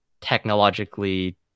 technologically